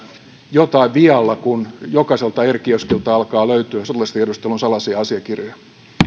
jotain vialla kun jokaiselta r kioskilta alkaa löytyä sotilastiedustelun salaisia asiakirjoja